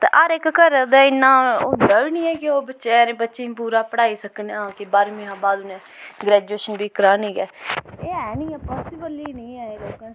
ते हर इक घरै दा इन्ना होंदा बी नी ऐ कि ओह् बेचारे बच्चें गी पूरा पढ़ाई सकन हां कि बाह्रमीं शा बाद ग्रैजुऐशन बी करानी गै एह् ऐ नी ऐ पासिवल नी ऐ